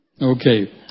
Okay